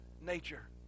nature